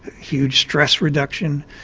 huge stress reduction,